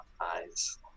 eyes